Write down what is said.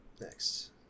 next